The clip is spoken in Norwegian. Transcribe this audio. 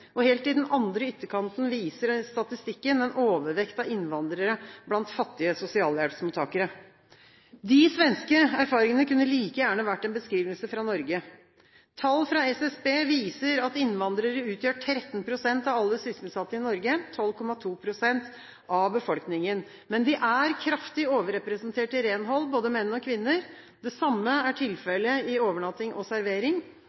Og helt i den andre ytterkanten viser statistikken en overvekt av innvandrere blant fattige sosialhjelpsmottakere. De svenske erfaringene kunne like gjerne vært en beskrivelse fra Norge. Tall fra SSB viser at innvandrere utgjør 13 pst. av alle sysselsatte i Norge – 12,2 pst. av befolkningen. Men de er kraftig overrepresentert i renhold, både menn og kvinner. Det samme er